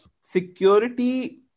security